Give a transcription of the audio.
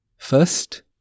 First